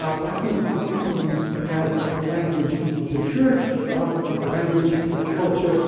ah latin was not seen as the language of the church, but rather as a language of culture,